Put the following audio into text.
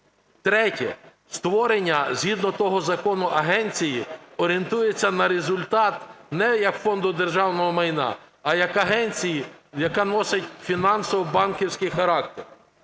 Третє. Створення згідно того закону агенції орієнтується на результат не як Фонду державного майна, а як агенції, яка носить фінансово-банківський характер.